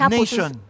nation